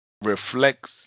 reflects